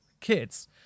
kids